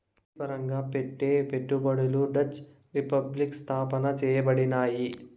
వృత్తిపరంగా పెట్టే పెట్టుబడులు డచ్ రిపబ్లిక్ స్థాపన చేయబడినాయి